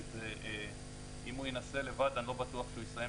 אם הוא ינסה לבד אני לא בטוח שהוא יסיים